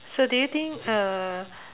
so do you think uh